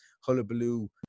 hullabaloo